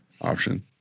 option